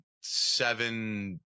seven